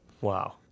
Wow